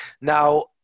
Now